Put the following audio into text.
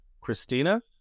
Christina